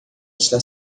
está